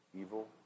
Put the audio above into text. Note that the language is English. Evil